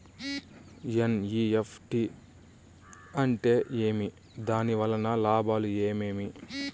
NEFT అంటే ఏమి? దాని వలన లాభాలు ఏమేమి